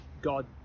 God